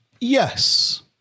Yes